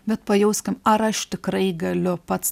bet pajauskim ar aš tikrai galiu pats